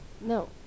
no